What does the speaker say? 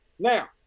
Now